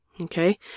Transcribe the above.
Okay